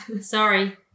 Sorry